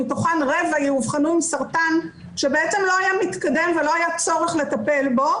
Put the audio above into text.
מתוכן רבע יאובחנו עם סרטן שבעצם לא היה מתקדם ולא היה צורך לטפל בו,